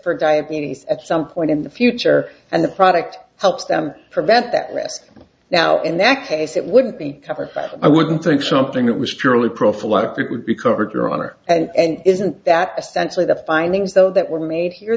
for diabetes at some point in the future and the product helps them prevent that risk now in that case it wouldn't be covered i wouldn't think something that was purely prophylactic would be covered your honor and isn't that essentially the findings though that were made here